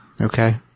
Okay